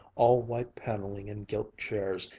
all white paneling and gilt chairs,